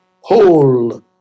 whole